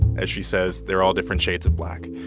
as she says, they're all different shades of black.